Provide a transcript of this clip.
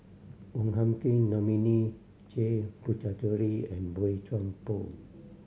Wong Hung Khim Dominic J Puthucheary and Boey Chuan Poh